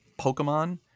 Pokemon